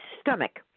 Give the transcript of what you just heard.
stomach